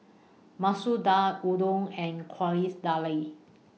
Masoor Dal Udon and Quesadillas